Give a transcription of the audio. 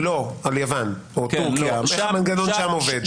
לא, על יוון או טורקיה, איך המנגנון שם עובד.